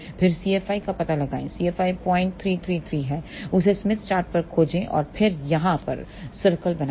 फिर CFI का पता लगाएं CFI 0333 है उसे स्मिथ चार्ट पर खोजें और फिर यहां पर सर्कल बनाएं